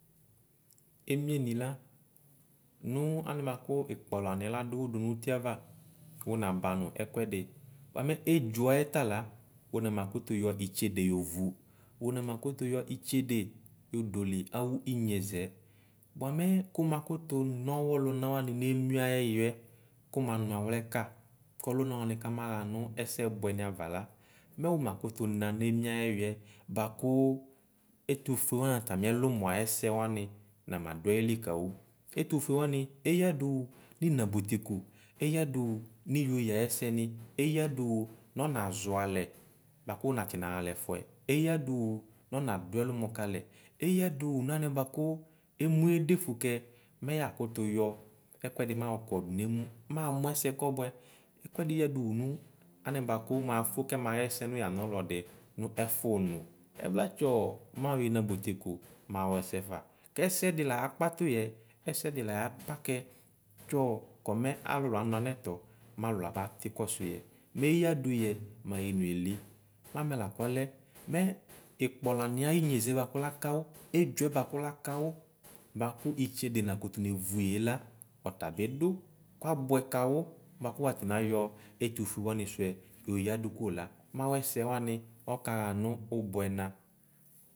Emieni la nʋ anɛ bʋakʋ ikpɔla niɛ ladʋwʋ dʋnʋ ʋtiava wʋ naba nʋ ɛkʋɛdi buamɛ edzʋa yɛ tala wʋnama kʋtʋ yɔ itsede yovʋ wʋnama kʋtʋ yɔ itsede yodole awʋ inyezɛ bʋamɛ kʋmakʋtʋ na awʋ ɛlʋma wanʋ nʋ emie ayɛyuɛ kʋmamʋ awliɛka ka ɔlʋna wani kamaxa nʋ ɛsɛbʋɛ ni avala mɛ womakʋtʋ nanʋ emie ayɛyuɛ boakʋ ɛtufue alʋ wani atami ɛlʋmɔ ayɛsɛ wani namadʋ ayili kawʋ ɛtʋfue wani eyadowʋ nʋ inabʋtiko eyadʋwʋ niyeye ayɛsɛ ni eyaduwʋ nɔnazɔ alɛ baku wunatsi naxa alɛfʋɛ eyadʋwʋ nɔnadʋ ɛlʋmɔ kalɛ eyadʋwʋ nanɛ bʋakʋ emʋ yedefʋ kɛ mɛ yakutu yɔ ɛkʋɛdi mayɔ kɔdʋ nemʋ mamʋ ɛsɛ kɔbʋɛ kuati yadʋwʋ nʋ mʋ anɛ bʋakʋ afo kɛmaxɛsɛ nʋ yanɔlɔdʋ nɛfʋnʋ ɛvlatsɔ mayɔrnabʋtiko mahɔsɛ fa kɛsɛdi layakpatu yɛ kɛsɛdi la yaba kɛ tsɔɔ komɛ alo lano yanɛtʋ malʋ labati kɔsʋyɛ meyadʋyɛ mayinu eli mɛ amɛ lakɔlɛ mɛ ikpɔla mɛ ayinyezɛ kʋ lakawʋ edzʋɛ bʋakʋ lakawʋ bakʋ itsede nakʋtʋ nevʋi yela ɛtabi dʋ kabʋɛ kawʋ kʋ want nayɔ ɛfʋfʋewani sʋɛ yoyodʋ kola mawʋɛsɛ wani ɔkaxa nʋ ʋbʋɛna.